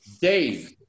dave